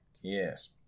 Yes